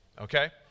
okay